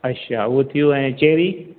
अछा उहो थी वियो ऐं चेरी